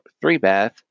three-bath